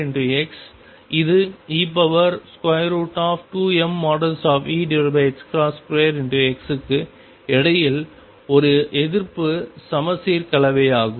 இது e2mE2x க்கு இடையில் ஒரு எதிர்ப்பு சமச்சீர் கலவையாகும்